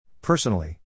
Personally